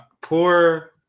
poor